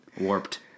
warped